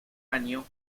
año